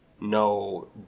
No